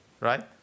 right